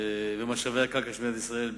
משאבי הקרקע של מדינת ישראל,